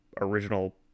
original